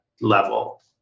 level